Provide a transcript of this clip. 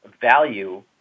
value